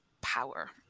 power